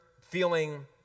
feeling